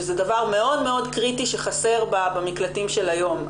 שזה דבר מאוד מאוד קריטי שחסר במקלטים של היום.